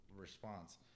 response